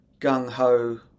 gung-ho